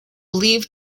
leave